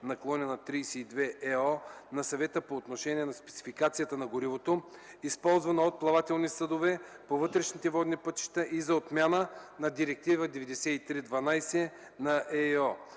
на Директива 1999/32/ЕО на Съвета по отношение на спецификацията на горивото, използвано от плавателни съдове по вътрешните водни пътища, и за отмяна на Директива 93/12/ЕИО.